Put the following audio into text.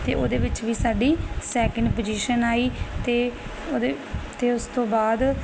ਤੇ ਉਹਦੇ ਵਿੱਚ ਵੀ ਸਾਡੀ ਸੈਕਿੰਡ ਪੁਜੀਸ਼ਨ ਆਈ ਤੇ ਉਹਦੇ ਤੇ ਉਸ ਤੋਂ ਬਾਅਦ